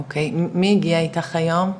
אוקי, מי הגיע איתך היום?